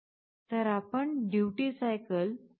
तर आपण duty cycle 0